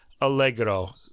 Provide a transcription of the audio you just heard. allegro